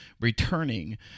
returning